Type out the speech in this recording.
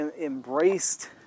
embraced